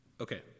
okay